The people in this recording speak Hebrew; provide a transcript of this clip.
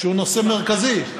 שהוא נושא מרכזי.